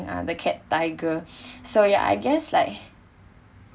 uh the cat tiger so yeah I guess like